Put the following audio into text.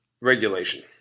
regulation